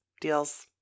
deals